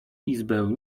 izbę